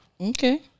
Okay